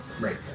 Right